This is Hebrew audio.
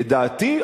לדעתי,